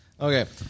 Okay